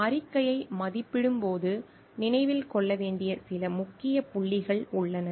அறிக்கையை மதிப்பிடும் போது நினைவில் கொள்ள வேண்டிய சில முக்கிய புள்ளிகள் உள்ளன